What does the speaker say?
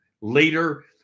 later